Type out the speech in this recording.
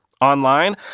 online